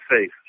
safe